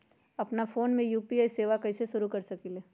अपना फ़ोन मे यू.पी.आई सेवा कईसे शुरू कर सकीले?